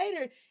later